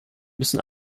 müssen